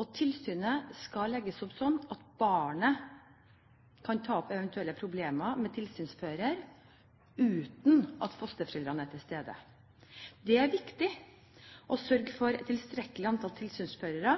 og tilsynet skal legges opp slik at barnet kan ta opp eventuelle problemer med tilsynsfører uten at fosterforeldrene er til stede. Det er viktig å sørge for et tilstrekkelig antall tilsynsførere